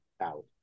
out